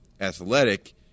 athletic